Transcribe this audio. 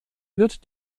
wird